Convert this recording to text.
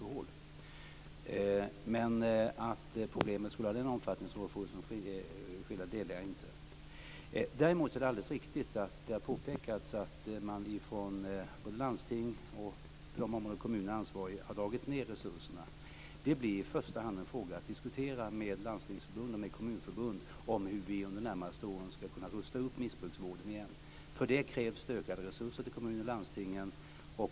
Men uppfattningen att problemet skulle ha den omfattning som Rolf Olsson skildrar delar jag inte. Däremot är det alldeles riktigt att det har påpekats att man både i landsting och på de områden där kommunerna är ansvariga har dragit ned resurserna. Hur vi under de närmaste åren skall kunna rusta upp missbrukarvården igen blir i första hand en fråga att diskutera med Landstingsförbundet och Kommunförbundet. För det krävs det ökade resurser till kommuner och landsting.